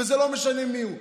וזה לא משנה מיהו.